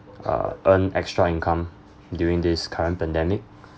uh earn extra income during this current pandemic